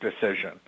decision